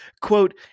quote